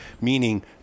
meaning